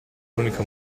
l’unico